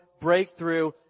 breakthrough